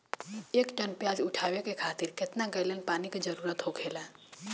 एक टन प्याज उठावे खातिर केतना गैलन पानी के जरूरत होखेला?